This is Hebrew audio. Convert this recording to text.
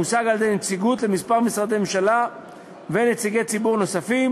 המושג על-ידי נציגות לכמה משרדי ממשלה ונציגי ציבור נוספים